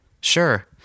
sure